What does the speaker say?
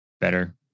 better